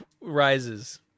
Rises